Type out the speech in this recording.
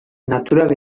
naturak